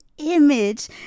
image